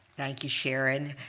thank you, sharon.